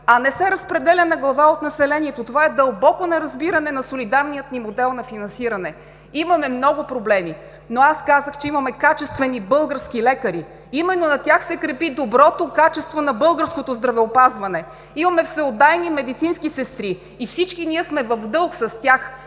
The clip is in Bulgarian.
а не се разпределя на глава от населението. Това е дълбоко неразбиране на солидарния ни модел на финансиране. Имаме много проблеми, но аз казах, че имаме качествени български лекари. Именно на тях се крепи доброто качеството на българското здравеопазване. Имаме всеотдайни медицински сестри и всички ние сме в дълг с тях